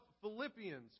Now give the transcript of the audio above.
Philippians